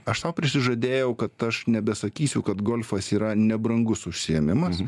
aš sau prisižadėjau kad aš nebesakysiu kad golfas yra nebrangus užsiėmimas